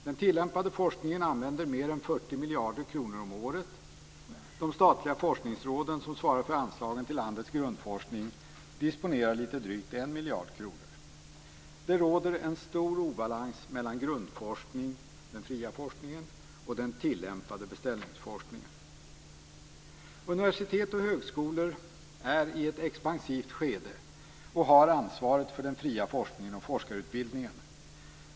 Den tillämpade forskningen använder mer än 40 miljarder kronor om året. De statliga forskningsråden som svarar för anslagen till landets grundforskning disponerar litet drygt 1 miljard kronor. Det råder en stor obalans mellan grundforskning, den fria forskningen, och den tillämpade beställningsforskningen. Universitet och högskolor är i ett expansivt skede och har ansvaret för den fria forskningen och forskarutbildningen.